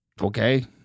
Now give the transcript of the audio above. Okay